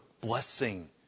blessing